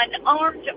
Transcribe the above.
unarmed